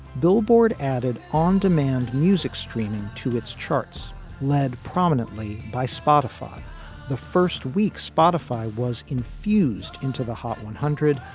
billboard added on demand music streaming to its charts led prominently by spotify the first week, spotify was infused into the hot one hundred.